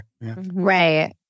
Right